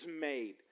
made